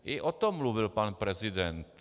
I o tom mluvil pan prezident.